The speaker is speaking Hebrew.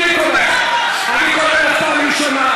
אני קורא אותך פעם שנייה.